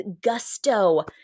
gusto